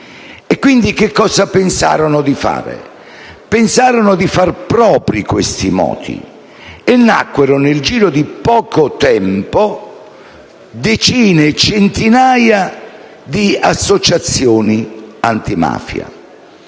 Quindi che cosa pensarono di fare? Pensarono di fare propri questi moti e dunque, nel giro di poco tempo, nacquero decine, centinaia di associazioni antimafia.